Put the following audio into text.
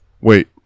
Wait